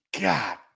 God